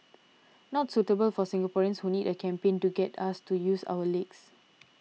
not suitable for Singaporeans who need a campaign to get us to use our legs